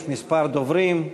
יש כמה דוברים.